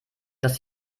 dass